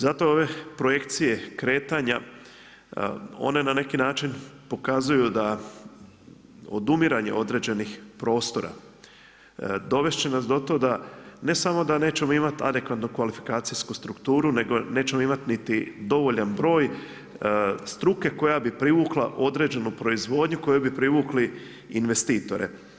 Zato ove projekcije kretanja, one na neki način pokazuju da odumiranje određenih prostora, dovesti će nas do tuda, ne samo da nećemo imati adekvatnu kvalifikacijsku strukturu nego nećemo imati niti dovoljan broj struke koja bi privukla određenu proizvodnju kojom bi privukli investitore.